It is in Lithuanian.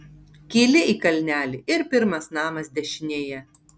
kyli į kalnelį ir pirmas namas dešinėje